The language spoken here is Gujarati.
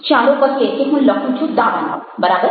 ચાલો કહીએ કે હું લખું છું દાવાનળ બરાબર